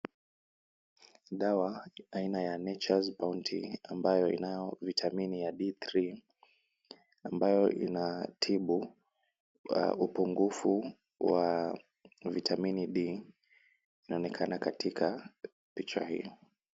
Dawa aina ya Nature's Bounty ambayo inayo vitamini ya D3 ambayo inatibu upungufu wa vitamini D, inaonekana katika picha hii.